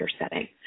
setting